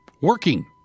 working